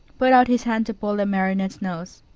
put out his hand to pull the marionette's nose.